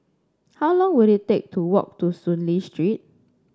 how long will it take to walk to Soon Lee Street